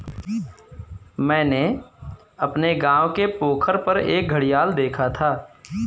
मैंने अपने गांव के पोखर पर एक घड़ियाल देखा था